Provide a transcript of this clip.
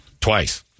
Twice